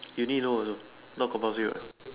Uni though also not compulsory what